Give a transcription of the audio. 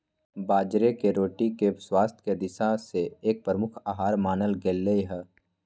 बाजरे के रोटी के स्वास्थ्य के दिशा से एक प्रमुख आहार मानल गयले है